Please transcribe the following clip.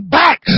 back